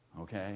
Okay